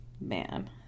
Man